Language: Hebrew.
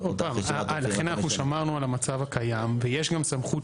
לכן אנחנו שמרנו על המצב הקיים ויש גם סמכות